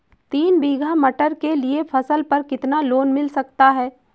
तीन बीघा मटर के लिए फसल पर कितना लोन मिल सकता है?